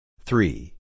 Three